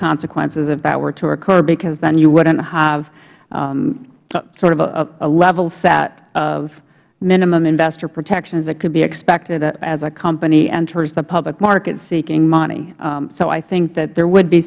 consequences if that were to occur because then you wouldn't have sort of a level set of minimum investor protections that could be expected as a company enters the public market seeking money so i think that there would be